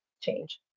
change